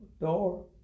door